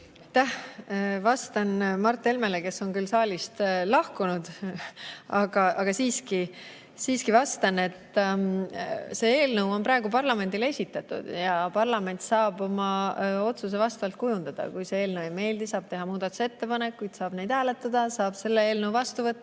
Aitäh! Vastan Mart Helmele, kes on küll saalist lahkunud, aga siiski vastan. See eelnõu on praegu parlamendile esitatud ja parlament saab oma otsuse kujundada. Kui see eelnõu ei meeldi, siis saab teha muudatusettepanekuid, saab neid hääletada, saab selle eelnõu vastu võtta